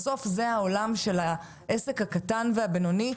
בסוף זה העולם של העסק הקטן והבינוני,